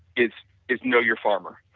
is is know your farmer,